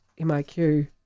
MIQ